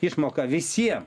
išmoką visiem